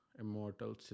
immortal